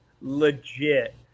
legit